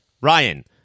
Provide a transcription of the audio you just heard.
Ryan